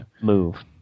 Move